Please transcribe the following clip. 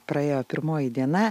praėjo pirmoji diena